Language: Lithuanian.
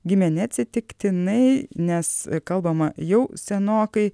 gimė neatsitiktinai nes kalbama jau senokai